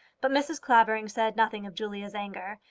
but mrs. clavering said nothing of julia's anger.